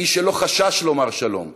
האיש שלא חשש לומר שלום,